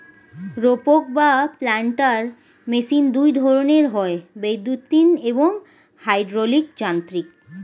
রোপক বা planter machine দুই ধরনের হয়, বৈদ্যুতিন এবং হাইড্রলিক যান্ত্রিক